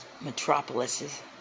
metropolises